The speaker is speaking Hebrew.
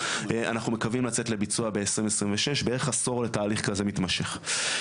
אנחנו מקווים לצאת לביצוע ב-2026 בערך עשור לתהליך כזה מתמשך.